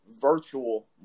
virtual